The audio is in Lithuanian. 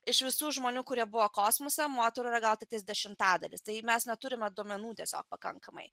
iš visų žmonių kurie buvo kosmose moterų yra gal tiktais dešimtadalis tai mes neturime duomenų tiesiog pakankamai